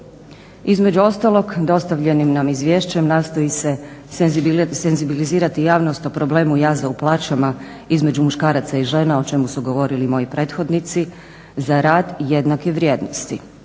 Između ostalog, dostavljenim nam izvješćem nastoji se senzibilizirati javnost o problemu jaza u plaćama između muškaraca i žena, o čemu su govorili moji prethodnici, za rad jednake vrijednosti